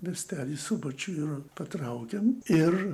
miestelyj subačiuj ir patraukėm ir